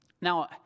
Now